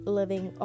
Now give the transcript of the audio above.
living